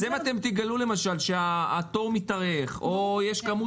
אם אתם תגלו למשל שהתור מתארך או יש כמות